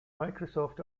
microsoft